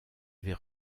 avait